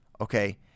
okay